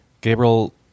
Gabriel